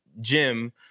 Jim